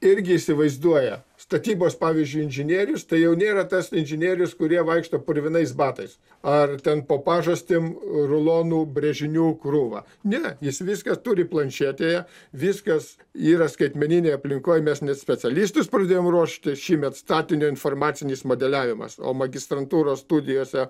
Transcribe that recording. irgi įsivaizduoja statybos pavyzdžiui inžinierius tai jau nėra tas inžinierius kurie vaikšto purvinais batais ar ten po pažastim rulonų brėžinių krūva ne jis viską turi planšetėje viskas yra skaitmeninėj aplinkoj mes net specialistus pradėjom ruošti šįmet statinio informacinis modeliavimas o magistrantūros studijose